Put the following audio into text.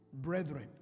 brethren